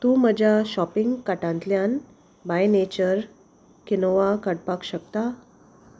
तूं म्हज्या शॉपिंग कार्टांतल्यान बाय नेचर किनोआ काडपाक शकता